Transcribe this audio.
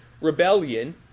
rebellion